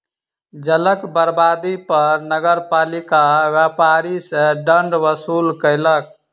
जलक बर्बादी पर नगरपालिका व्यापारी सॅ दंड वसूल केलक